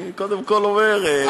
אני קודם כול אומר,